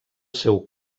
seu